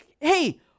Hey